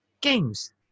games